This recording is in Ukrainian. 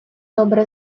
добре